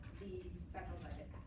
the federal budget